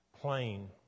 plain